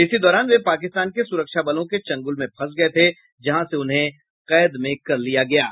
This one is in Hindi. इसी दौरान वे पाकिस्तान के सुरक्षा बलों के चंगुल में फंस गये थे जहां से उन्हें कैद में कर लिया गया था